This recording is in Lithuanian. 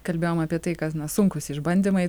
kalbėjom apie tai kad na sunkūs išbandymai